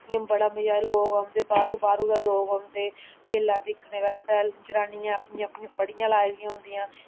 इ'यां बड़े मज़ा दे लोक औंदे बाह्रूं बाह्रूं दा लोक औंदे मेला दिक्खने बास्तै जनानियां अपनियां अपनियां फड़ियां लाई दियां होंदियां